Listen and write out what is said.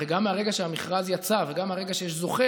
הרי גם מהרגע שהמכרז יצא וגם מהרגע שיש זוכה